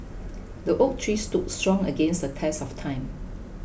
the oak tree stood strong against the test of time